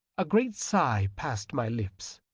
a great sigh passed my lips.